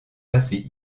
passer